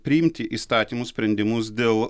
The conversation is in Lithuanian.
priimti įstatymus sprendimus dėl